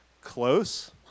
close